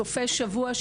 סופי שבוע,